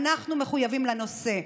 אנחנו מחויבים לנושא.